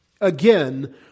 Again